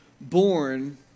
born